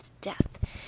death